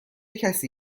کسی